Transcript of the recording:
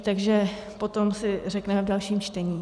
Takže potom si řekneme v dalším čtení.